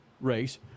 race